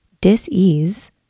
dis-ease